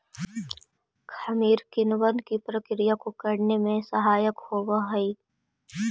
खमीर किणवन की प्रक्रिया को करने में सहायक होवअ हई